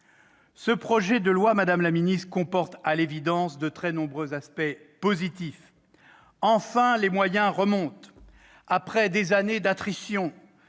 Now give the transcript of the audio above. Ce projet de loi comporte à l'évidence de très nombreux aspects positifs. Enfin les moyens remontent ! Après des années d'attrition,